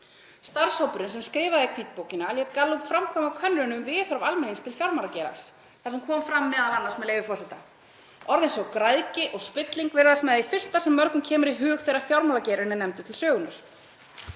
Starfshópurinn sem skrifaði hvítbókina lét Gallup framkvæma könnun um viðhorf almennings til fjármálageirans þar sem kom fram m.a., með leyfi forseta: „Orð eins og græðgi og spilling virðast með því fyrsta sem mörgum kemur í hug þegar fjármálageirinn er nefndur til sögunnar.